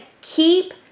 keep